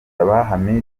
hamidu